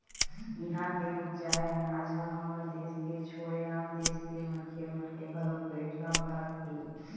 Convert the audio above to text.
इहां के उपजाए अनाज ह हमर देस के छोड़े आन देस के मनखे मन के घलोक पेट ल भरत हे